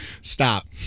Stop